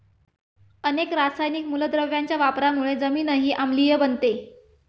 अनेक रासायनिक मूलद्रव्यांच्या वापरामुळे जमीनही आम्लीय बनते